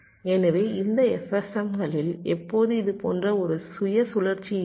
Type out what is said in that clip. எனவே இந்த FSMகளில் எப்போது இது போன்ற ஒரு சுய சுழற்சி இருக்கும்